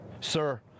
Sir